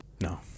No